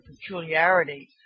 peculiarity